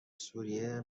سوریه